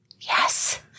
Yes